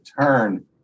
turn